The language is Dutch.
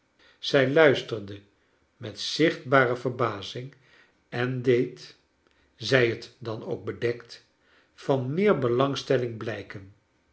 zij luisterde met zichtbare verbazing en deed zij t dan ook bedekt van meer belangstelling blijken